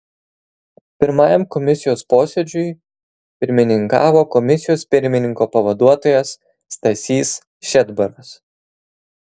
pirmajam komisijos posėdžiui pirmininkavo komisijos pirmininko pavaduotojas stasys šedbaras